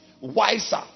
wiser